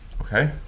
Okay